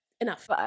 enough